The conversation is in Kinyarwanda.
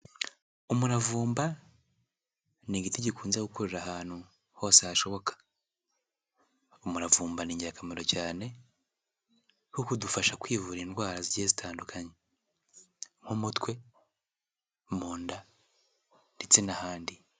Umuravumba ni igiti gikunze gukurira ahantu hose hashoboka. Umuravumba ni ingirakamaro cyane kuko udufasha kwivura indwara zigiye zitandukanye nk'umutwe, mu nda ndetse n'ahandi.